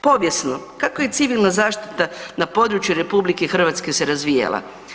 Povijesno kako je Civilna zaštita na području RH se razvijala?